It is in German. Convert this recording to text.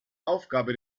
aufgabe